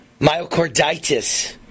myocarditis